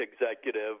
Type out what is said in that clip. executive